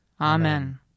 Amen